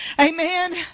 Amen